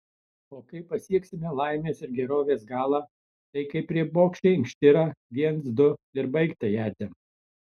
o kai pasieksime laimės ir gerovės galą tai kaip riebokšlį inkštirą viens du ir baigta jadze